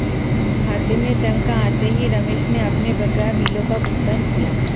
खाते में तनख्वाह आते ही रमेश ने अपने बकाया बिलों का भुगतान किया